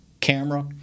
camera